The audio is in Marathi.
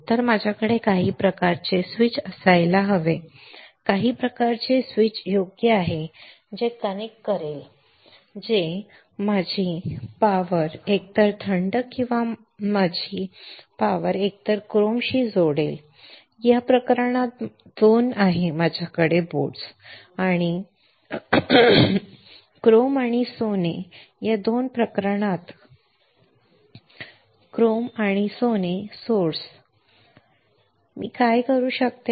तर माझ्याकडे काही प्रकारचे स्विच असायला हवे काही प्रकारचे स्विच योग्य आहे जे कनेक्ट करेल जे माझी पॉवर पॉवर एकतर थंड किंवा पॉवर एकतर क्रोमशी जोडेल या प्रकरणात माझ्याकडे 2 आहेत माझ्याकडे 2 बोट्स आहेत क्रोम आणि सोने किंवा 2 या प्रकरणात क्रोम आणि सोने स्रोत मी काय करू शकतो